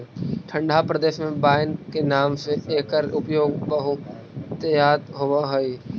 ठण्ढा प्रदेश में वाइन के नाम से एकर उपयोग बहुतायत होवऽ हइ